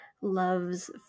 loves